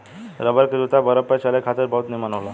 rubber के जूता बरफ पर चले खातिर बहुत निमन होला